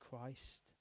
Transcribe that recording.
Christ